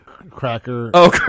cracker